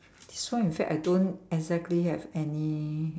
so in fact I don't exactly have any